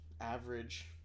average